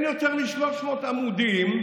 אין יותר מ-300 עמודים,